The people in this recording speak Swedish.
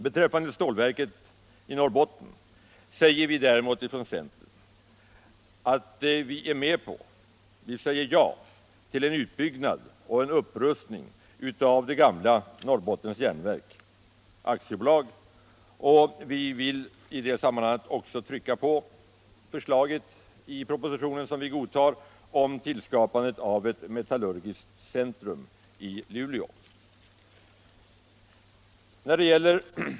Beträffande stålverket i Norrbotten säger vi däremot från centern ja till en utbyggnad och en upprustning av det gamla Norrbottens Järnverk AB. Vi vill i detta sammanhang också understryka vikten av propositionens förslag om ett metallurgiskt centrum i Luleå, som vi godtar.